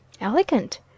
Elegant